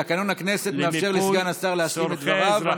תקנון הכנסת מאפשר לסגן השר להשלים את דבריו,